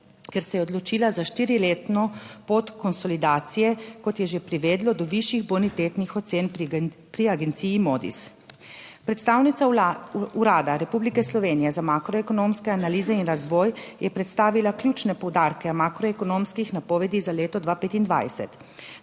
ker se je odločila za štiriletno pot konsolidacije, kot je že privedlo do višjih bonitetnih ocen pri agenciji Modis. Predstavnica Urada Republike Slovenije za makroekonomske analize in razvoj je predstavila ključne poudarke makroekonomskih napovedi za leto 2025.